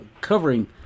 covering